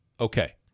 Okay